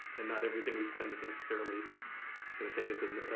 and not everything we spend is necessarily gonna take us to